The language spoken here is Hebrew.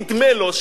נדמה לו,